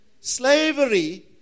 slavery